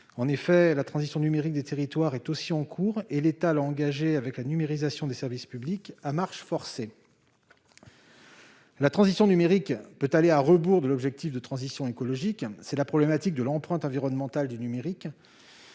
En effet, la transition numérique des territoires est aussi en cours ; l'État l'a engagée avec la numérisation des services publics à marche forcée. La transition numérique peut aller à rebours de l'objectif de transition écologique : c'est la problématique de l'empreinte environnementale du numérique.